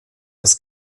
das